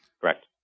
Correct